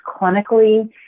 clinically